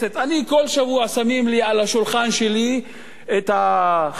כל שבוע שמים לי על השולחן שלי את "חכימא",